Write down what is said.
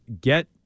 get